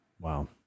Wow